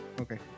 Okay